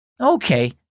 Okay